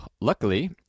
Luckily